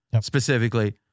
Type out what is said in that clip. specifically